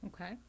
Okay